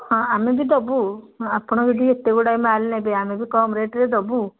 ହଁ ଆମେ ବି ଦେବୁ ଆପଣ ଯଦି ଏତେ ଗୁଡ଼ାଏ ମାଲ୍ ନେବେ ଆମେ ବି କମ୍ ରେଟ୍ରେ ଦେବୁ